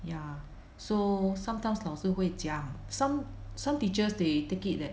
ya so sometimes 老是会讲 some some teachers they take it that